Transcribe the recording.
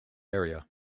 area